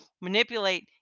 manipulate